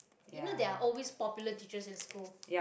you know there are always popular teachers in school